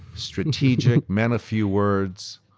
strategic, man of few words,